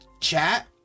chat